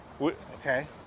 Okay